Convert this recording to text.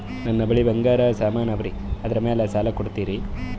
ನನ್ನ ಬಳಿ ಬಂಗಾರ ಸಾಮಾನ ಅವರಿ ಅದರ ಮ್ಯಾಲ ಸಾಲ ಕೊಡ್ತೀರಿ?